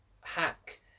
hack